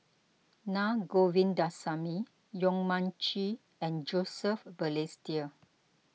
Na Govindasamy Yong Mun Chee and Joseph Balestier